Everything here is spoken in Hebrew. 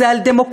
זה על דמוקרטיה,